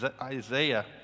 Isaiah